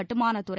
கட்டுமானத்துறை